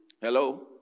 Hello